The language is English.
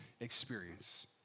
experience